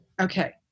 Okay